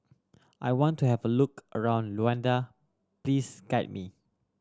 I want to have a look around Luanda please guide me